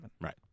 Right